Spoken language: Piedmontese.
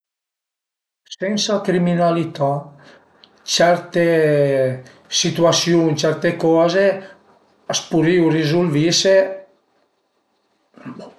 Sensa criminalità certe situasiun certe coze a s'purìu rizulvise